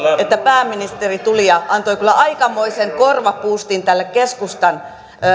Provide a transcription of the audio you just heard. että pääministeri tuli ja antoi kyllä aikamoisen korvapuustin tälle keskustan